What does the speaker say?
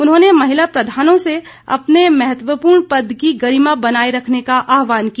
उन्होंने महिला प्रधानों से अपने महत्वपूर्ण पद की गरिमा बनाए रखने का आहवान किया